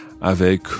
avec